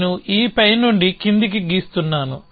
నేను ఈ పై నుండి క్రిందికి గీస్తున్నాను